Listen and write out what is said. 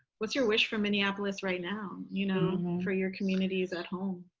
what's your wish for minneapolis right now? you know for your communities at home?